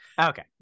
Okay